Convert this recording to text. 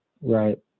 Right